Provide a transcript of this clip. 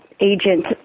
agent